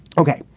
ok,